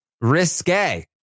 risque